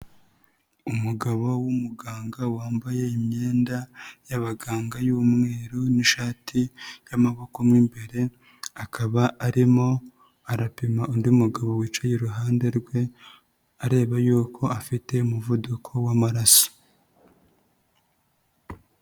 Umugabo w'umuganga wambaye imyenda y'abaganga y'umweru n'ishati y'amaboko umwe imbere akaba arimo arapima undi mugabo wicaye iruhande rwe areba yuko afite umuvuduko w'amaraso.